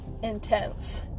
intense